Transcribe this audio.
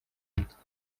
witwa